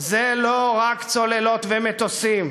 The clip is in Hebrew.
זה לא רק צוללות ומטוסים,